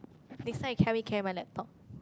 next time you carry carry my laptop